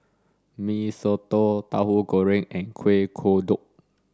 Mee Soto Tahu Goreng and Kueh Kodok